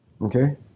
okay